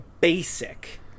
basic